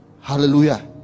Hallelujah